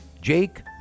Jake